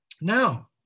now